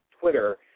Twitter